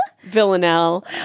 Villanelle